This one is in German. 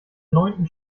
neunten